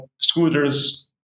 scooters